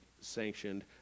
sanctioned